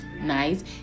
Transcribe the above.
nice